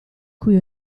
cui